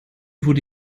wurde